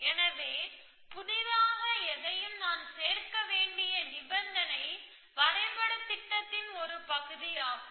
எனவே புதிதாக எதையும் நான் சேர்க்கக்கூடிய நிபந்தனை வரைபட திட்டத்தின் ஒரு பகுதியாகும்